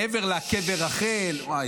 מעבר לקבר רחל ------ וואו.